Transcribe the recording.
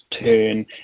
turn